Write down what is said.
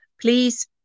please